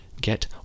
get